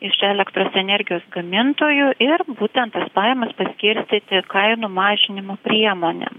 iš elektros energijos gamintojų ir būtent tas pajamas paskirstyti kainų mažinimo priemonėm